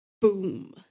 Boom